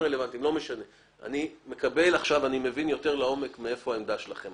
עכשיו אני מבין יותר לעומק מאיפה העמדה שלכם.